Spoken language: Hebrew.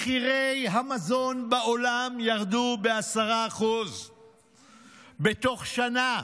מחירי המזון בעולם ירדו ב-10% בתוך שנה,